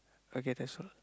okay that's all